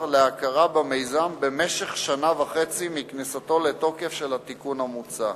להכרה במיזם במשך שנה וחצי מכניסתו לתוקף של התיקון המוצע.